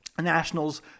Nationals